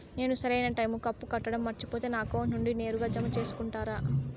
నేను సరైన టైముకి అప్పు కట్టడం మర్చిపోతే నా అకౌంట్ నుండి నేరుగా జామ సేసుకుంటారా?